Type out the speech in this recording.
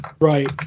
Right